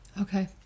Okay